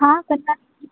हा कंधार